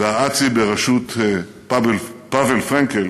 האצ"י, בראשות פאבל פרנקל,